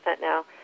now